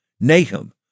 Nahum